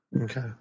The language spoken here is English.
Okay